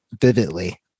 vividly